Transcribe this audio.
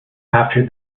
after